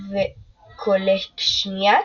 וקולאשינאץ,